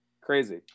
Crazy